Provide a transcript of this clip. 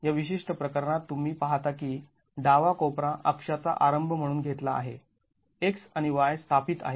या विशिष्ट प्रकरणात तुम्ही पाहता की डावा कोपरा अक्षाचा आरंभ म्हणून घेतला आहे x आणि y स्थापित आहेत